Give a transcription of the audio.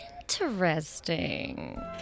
Interesting